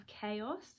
chaos